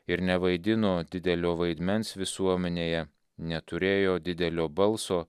ir nevaidino didelio vaidmens visuomenėje neturėjo didelio balso